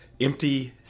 empty